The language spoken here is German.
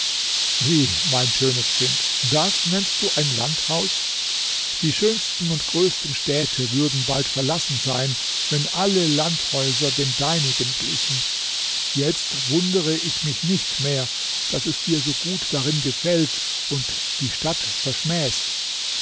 wie mein schönes kind das nennst du ein landhaus die schönsten und größten städte würden bald verlassen sein wenn alle landhäuser dem deinigen glichen jetzt wundere ich mich nicht mehr daß du dir so gut darin gefällst und die stadt verschmähst